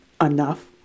enough